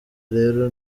rero